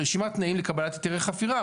רשימת תנאים לקבלת היתרי חפירה.